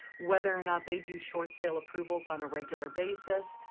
whether or not they do short sale approvals on a regular basis,